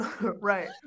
right